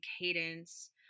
cadence